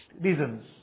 reasons